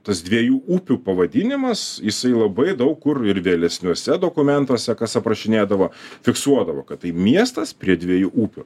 tas dviejų upių pavadinimas jisai labai daug kur ir vėlesniuose dokumentuose kas aprašinėdavo fiksuodavo kad tai miestas prie dviejų upių